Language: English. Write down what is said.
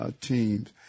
teams